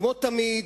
כמו תמיד,